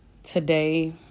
Today